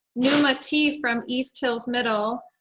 yeah like t. from east hills middle